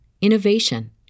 innovation